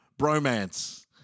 bromance